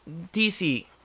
DC